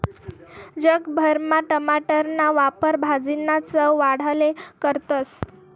जग भरमा टमाटरना वापर भाजीना चव वाढाले करतस